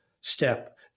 step